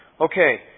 Okay